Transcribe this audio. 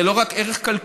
זה לא רק ערך כלכלי,